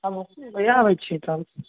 आबू कहिआ आबैत छियै तब